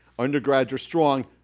undergrads are strong.